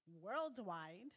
worldwide